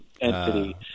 Entity